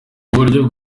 uburyo